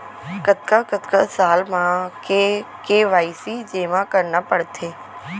कतका कतका साल म के के.वाई.सी जेमा करना पड़थे?